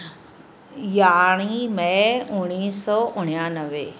यारहीं मए उणिवीह सौ उणियानवे